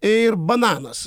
ir bananas